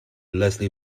leslie